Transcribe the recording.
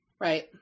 Right